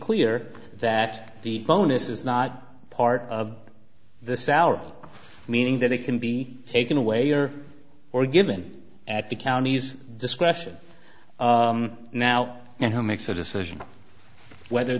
clear that the bonus is not part of this hour meaning that it can be taken away or or given at the county's discretion now and who makes a decision whether